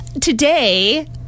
today